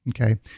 Okay